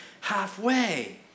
halfway